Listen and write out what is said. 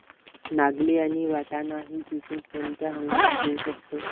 नागली आणि वाटाणा हि पिके कोणत्या हंगामात घेऊ शकतो?